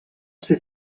ser